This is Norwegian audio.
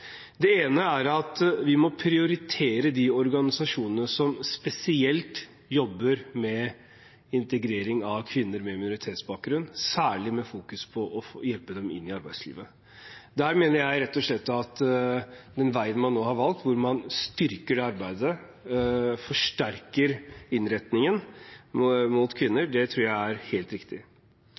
Det ene er at vi må prioritere de organisasjonene som spesielt jobber med integrering av kvinner med minoritetsbakgrunn, særlig med fokus på å hjelpe dem inn i arbeidslivet. Der mener jeg rett og slett at den veien man nå har valgt, hvor man styrker arbeidet og forsterker innretningen mot kvinner, er helt riktig.